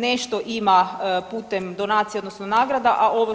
Nešto ima putem donacija odnosno nagrada, a ovo